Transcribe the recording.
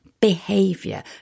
behavior